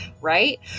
right